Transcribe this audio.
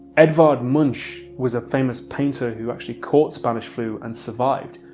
edvard munch was a famous painter who actually caught spanish flu and survived.